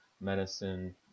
medicine